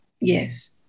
Yes